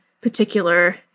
particular